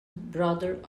brother